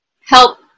help